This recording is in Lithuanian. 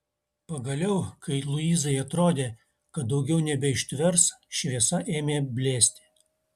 pagaliau kai luizai atrodė kad daugiau nebeištvers šviesa ėmė blėsti